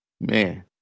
man